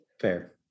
fair